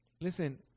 Listen